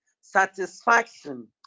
Satisfaction